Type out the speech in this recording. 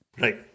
Right